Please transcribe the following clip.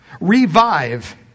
Revive